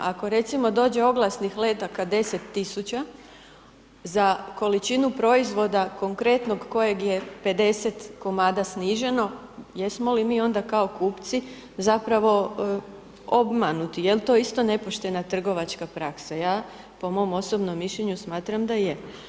Ako recimo, dođe oglasnih letaka 10000, za količinu proizvoda konkretno kojeg je 50 komada sniženo, ja vas molim mi onda kao kupci, zapravo, obmanuti, jel to isto nepoštena trgovačka praksa, ja po mom osobnom mišljenju smatram da je.